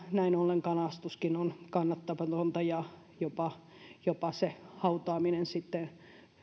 näin ollen kalastuskin on kannattamatonta ja jopa jopa se hautaaminen sitten